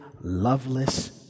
loveless